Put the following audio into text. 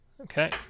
Okay